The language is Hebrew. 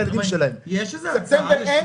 הילדים שלהם --- יש איזו הצעה לשינוי?